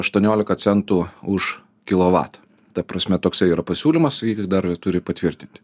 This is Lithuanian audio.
aštuoniolika centų už kilovatą ta prasme toksai yra pasiūlymas jį dar turi patvirtinti